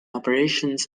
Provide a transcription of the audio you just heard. operations